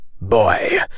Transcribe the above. boy